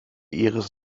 ihres